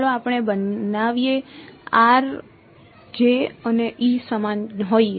ચાલો આપણે બનાવીએ અને સમાન હોઈએ